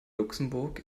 luxemburg